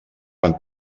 van